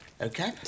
Okay